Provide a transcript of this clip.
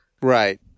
Right